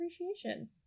appreciation